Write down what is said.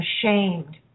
ashamed